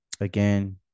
Again